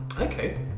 Okay